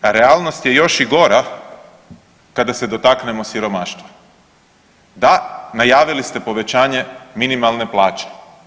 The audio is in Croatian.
Realnost je još i gora kada se dotaknemo siromaštva. da, najavili ste povećanje minimalne plaće.